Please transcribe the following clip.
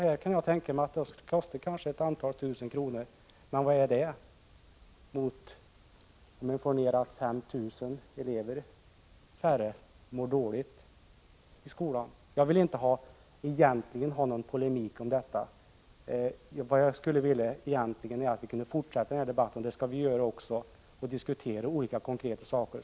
Jag kan tänka mig att det kostar några tusental kronor, men vad är det mot det faktum att 5 000 färre elever skulle må dåligt i skolan? Jag vill egentligen inte ha någon polemik om detta. Vad jag skulle vilja är att vi kunde fortsätta den här debatten. Det skall vi också göra och diskutera olika konkreta saker.